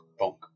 bonk